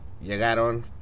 llegaron